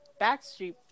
Backstreet